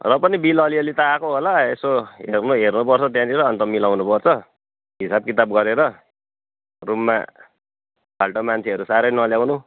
र पनि बिल अलिअलि त आएको होला यसो हेर्नु हेर्नुपर्छ त्यहाँनिर अन्त मिलाउनुपर्छ हिसाब किताब गरेर रुममा फाल्टु मान्छेहरू साह्रै नल्याउनु